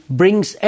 brings